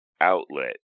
outlet